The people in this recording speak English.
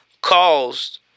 caused